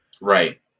Right